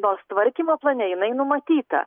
nors tvarkymo plane jinai numatyta